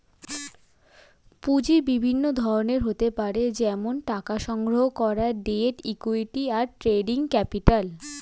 পুঁজি বিভিন্ন ধরনের হতে পারে যেমন টাকা সংগ্রহণ করা, ডেট, ইক্যুইটি, আর ট্রেডিং ক্যাপিটাল